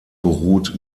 beruht